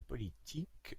politique